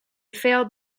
failed